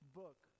book